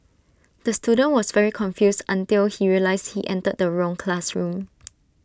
the student was very confused until he realised he entered the wrong classroom